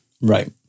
Right